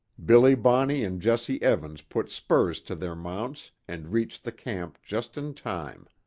billy bonney and jesse evans put spurs to their mounts and reached the camp just in time.